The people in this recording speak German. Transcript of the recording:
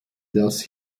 das